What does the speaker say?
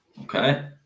okay